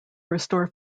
restore